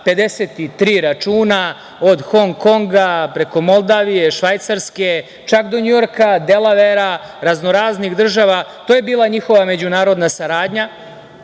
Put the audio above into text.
53 računa, od Hong Konga preko Moldavije, Švajcarske, čak do Njujorka, Delavera, raznoraznih država. To je bila njihova međunarodna saradnja,